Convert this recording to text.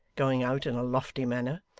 going out in a lofty manner.